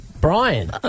Brian